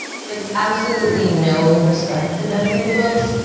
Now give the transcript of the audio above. with absolutely no respect to betsy devos,